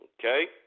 Okay